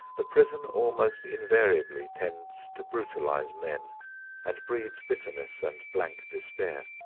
the prison almost invariably tends to brutalize men and breeds bitterness and blank despair.